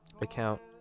account